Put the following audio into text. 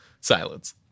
silence